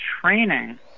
training